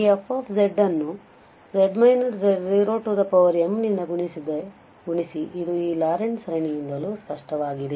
ಈ f ಅನ್ನುz z0mನಿಂದ ಗುಣಿಸಿ ಇದು ಈ ಲಾರೆಂಟ್ ಸರಣಿಯಿಂದಲೂ ಸ್ಪಷ್ಟವಾಗಿದೆ